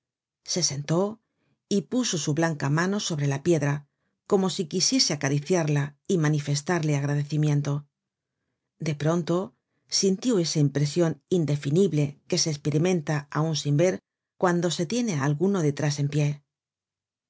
se sentó y puso su blanca mano sobre la piedra como si quisiese acariciarla y manifestarle agradecimiento de pronto sintió esa impresion indefinible que se esperimenta aun sin ver cuando se tiene á alguno detrás en pie